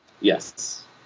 Yes